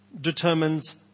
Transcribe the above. determines